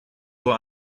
were